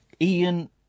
Ian